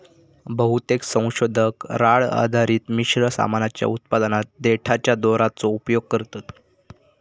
बहुतेक संशोधक राळ आधारित मिश्र सामानाच्या उत्पादनात देठाच्या दोराचो उपयोग करतत